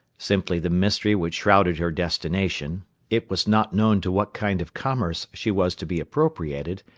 simply the mystery which shrouded her destination it was not known to what kind of commerce she was to be appropriated,